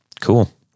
cool